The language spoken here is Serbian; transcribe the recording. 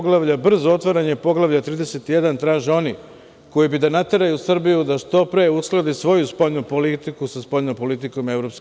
Brzo otvaranje Poglavlja 31 traže oni koji bi da nateraju Srbiju da što pre uskladi svoju spoljnu politiku sa spoljnom politikom EU.